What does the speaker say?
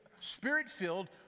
spirit-filled